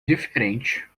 diferente